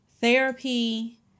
therapy